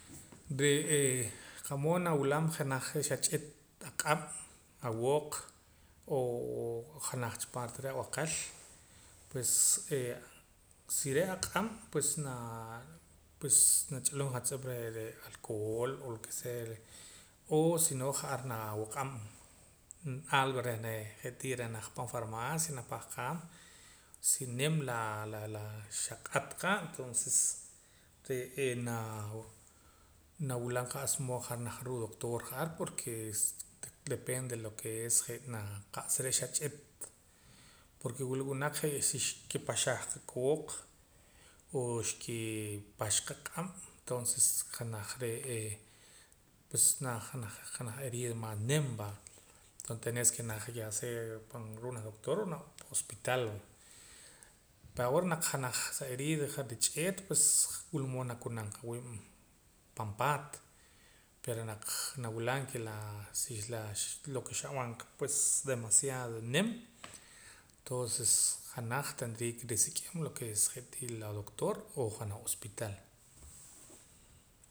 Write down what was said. Re'ee qa'mood nawilam janaj je' xach'it aq'ab' awooq o janaj cha parte reh ab'al pues re' si re' aq'ab' pues naa pues nach'ulum juntz'ep re'ee alcohol lo ke sea o si no ja'ar nawaq'aam algo reh feh je'tii nawaja pan farmacia napah qaam si nim la laa xaq'at qa entonces re'ee naa nawilam qa'sa mood naja ruu' doctor ja'ar porque depende lo que es je' naa qa'sa reh xach'it porque wila winaq je' xkipaxaj qa kooq o xkipax qa q'ab' toonses janaj re'ee pues janaj naj herida mas nim va ya tenes ke naja ya sea pan ruu' naj doctor o pan janaj hospital yawoor je' junaj sa herida je' rich'eet pues wila mood nakunam qa awiib' pan paat pero naq nawilam ke laa lo' ke xab'an qa pues demaciado nim tonses janaj tendria ke nrisik'im lo ke es je'tii la doctor o janaj hospital